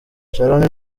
sharon